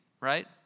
right